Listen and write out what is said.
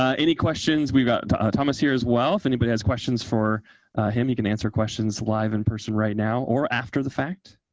ah any questions we've got thomas here as well. if anybody has questions for him, he can answer questions live in person right now, or after the fact.